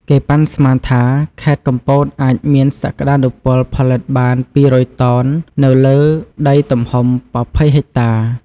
គេប៉ាន់ស្មានថា ខេត្តកំពតអាចមានសក្តានុពលផលិតបាន ២០០ តោន នៅលើដីទំហំ ២០ ហិចតា។